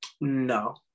No